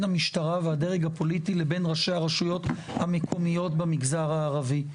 המשטרה והדרג הפוליטי לבין ראשי הרשויות המקומיות במגזר הערבי.